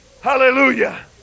Hallelujah